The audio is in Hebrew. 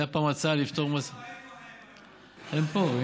הייתה פעם הצעה, הם פה.